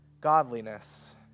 godliness